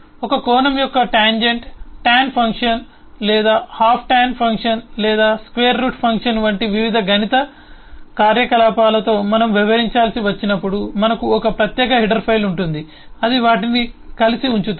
ఒక కోణం యొక్క టాంజెంట్ టాన్ ఫంక్షన్tangenttan function లేదా హాఫ్ టాన్ ఫంక్షన్ లేదా స్క్వేర్ రూట్ ఫంక్షన్ వంటి వివిధ గణిత కార్యకలాపాలతో మనం వ్యవహరించాల్సి వచ్చినప్పుడు మనకు ఒక ప్రత్యేక హెడర్ ఫైల్ ఉంటుంది అది వాటిని కలిసి ఉంచుతుంది